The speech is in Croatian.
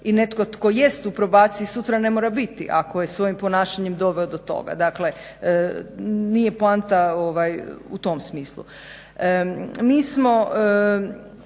I netko tko jest u probaciji sutra ne mora biti ako je svojim ponašanjem doveo do toga. Dakle, nije poanta u tom smislu.